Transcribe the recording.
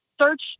Search